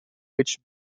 which